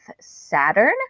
saturn